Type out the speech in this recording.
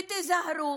ותיזהרו,